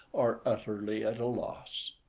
are utterly at a loss.